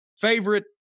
favorite